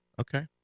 Okay